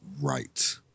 Right